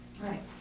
Right